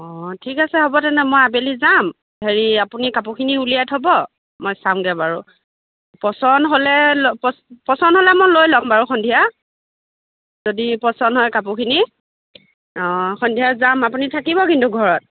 অ' ঠিক আছে হ'ব তেনে মই আবেলি যাম হেৰি আপুনি কাপোৰখিনি উলিয়াই থ'ব মই চামগৈ বাৰু পচন্দ হ'লে ল প পচন্দ হ'লে মই লৈ ল'ম বাৰু সন্ধিয়া যদি পচন্দ হয় কাপোৰখিনি অ' সন্ধিয়া যাম আপুনি থাকিব কিন্তু ঘৰত